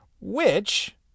Which